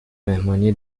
مهمانی